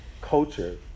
culture